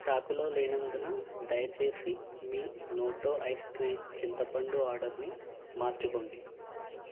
స్టాకులో లేనందున దయచేసి మీ నోటో ఐస్ క్రీమ్ చింతపండు ఆర్డర్ని మార్చుకోండి